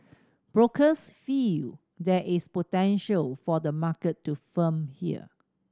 brokers feel there is potential for the market to firm here